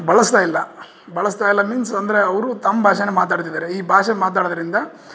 ಬಳಸ್ತಾ ಇಲ್ಲ ಬಳಸ್ತಾ ಇಲ್ಲ ಮೀನ್ಸ್ ಅಂದರೆ ಅವರು ತಮ್ಮ ಭಾಷೆ ಮಾತಾಡ್ತಿದಾರೆ ಈ ಭಾಷೆ ಮಾತಾಡೋದ್ರಿಂದ